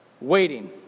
waiting